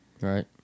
Right